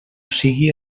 sigui